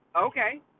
Okay